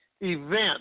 event